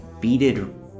beaded